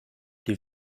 die